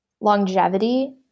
longevity